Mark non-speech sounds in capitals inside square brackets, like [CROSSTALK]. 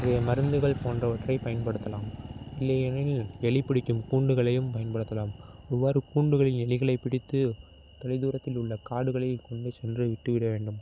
[UNINTELLIGIBLE] மருந்துகள் போன்றவற்றை பயன்படுத்தலாம் இல்லையெனில் எலி பிடிக்கும் கூண்டுகளையும் பயன்படுத்தலாம் இவ்வாறு கூண்டுகளில் எலிகளை பிடித்து தொலை தூரத்தில் உள்ள காடுகளில் கொண்டு சென்று விட்டுவிட வேண்டும்